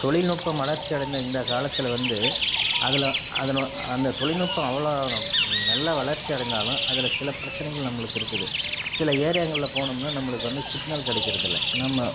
தொழில்நுட்பம் வளர்ச்சியடைந்த இந்த காலத்தில் வந்து அதில் அதில் அதனோ அந்த தொழில்நுட்பம் அவ்வளோ நல்ல வளர்ச்சி அடைந்தாலும் அதில் சில பிரச்சனைகள் நம்மளுக்கு இருக்குது சில எரியங்களில் போனோம்முன்னா நம்பளுக்கு வந்து சிக்னல் கிடைக்குறதில்ல நம்ம